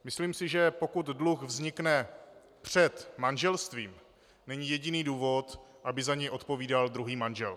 Myslím si, že pokud dluh vznikne před manželstvím, není jediný důvod, aby za něj odpovídal druhý manžel.